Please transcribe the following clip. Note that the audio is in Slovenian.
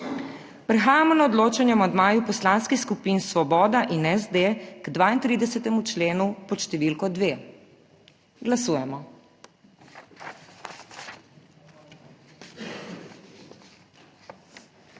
Prehajamo na odločanje o amandmaju poslanskih skupin Svoboda in SD k 32. členu pod številko 2. Glasujemo.